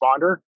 responder